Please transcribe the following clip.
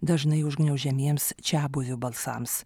dažnai užgniaužiamiems čiabuvių balsams